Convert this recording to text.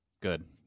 Good